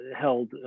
held